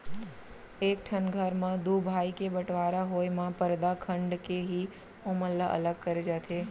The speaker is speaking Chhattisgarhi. एक ठन घर म दू भाई के बँटवारा होय म परदा खंड़ के ही ओमन ल अलग करे जाथे